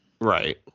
Right